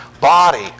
body